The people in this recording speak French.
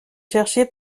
chercher